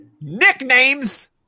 Nicknames